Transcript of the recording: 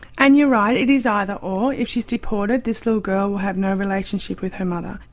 and you're right, it is either or. if she's deported this little girl will have no relationship with her mother.